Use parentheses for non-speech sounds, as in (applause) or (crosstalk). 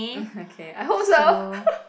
(breath) okay I hope so (laughs)